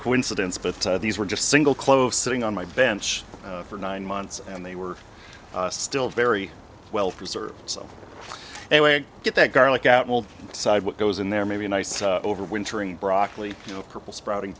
coincidence but these were just single close sitting on my bench for nine months and they were still very well preserved so a way to get that garlic out will decide what goes in there maybe a nice overwintering broccoli purple sprouting